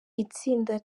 itsinda